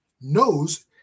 knows